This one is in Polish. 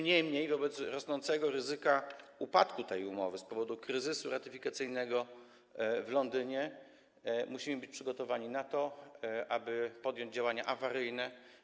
Niemniej jednak wobec rosnącego ryzyka upadku tej umowy z powodu kryzysu ratyfikacyjnego w Londynie musimy być przygotowani na to, aby podjąć działania awaryjne.